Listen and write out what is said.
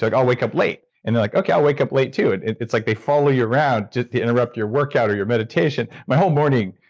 like i'll wake up late. and they're like, okay, i'll wake up late too. it's like they follow you around to interrupt your workout or your meditation. my whole morning,